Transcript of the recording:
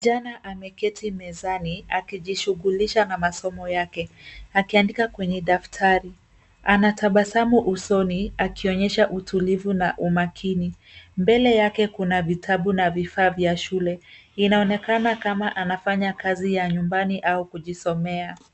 Kijana ameketi mezani, akijishughulisha na masomo yake, akiandika kwenye daftari. Anatabasamu usoni akionyesha utulivu na umakini. Mbele yake kuna vitabu na vifaa vya shule. Inaonekana kama anafanya kazi ya nyumbani au kujisomea.